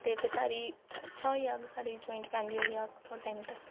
ते फेर सारी अच्छा होई जाह्ग साढ़ी जाइंट फैमिली होई जाह्ग थोह्ड़े टाइम तक